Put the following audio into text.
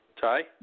Ty